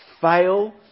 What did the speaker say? fail